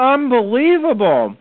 Unbelievable